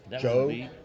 Joe